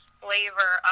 flavor